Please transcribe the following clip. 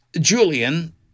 Julian